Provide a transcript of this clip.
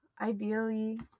ideally